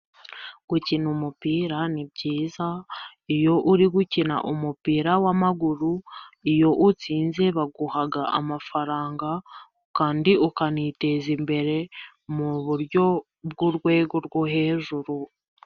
Gukina umupira ni byiza, iyo uri gukina umupira w'amaguru, iyo utsinze baguha amafaranga kandi ukaniteza imbere, mu buryo bw'urwego rwo hejuru.